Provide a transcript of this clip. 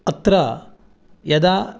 अत्र यदा